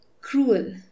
Cruel